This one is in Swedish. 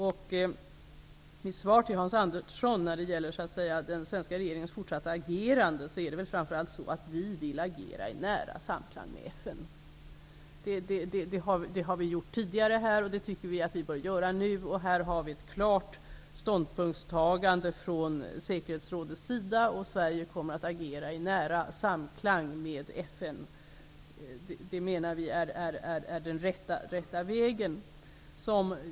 Mitt svar till Hans Andersson när det gäller den svenska regeringens fortsatta agerande blir att vi vill agera i nära samklang med FN. Det har vi gjort tidigare, och det tycker vi att vi bör göra nu. Här har vi ett klart ståndpunktstagande från säkerhetsrådets sida. Sverige kommer att agera i nära samklang med FN. Det är den rätta vägen.